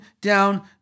down